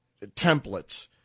templates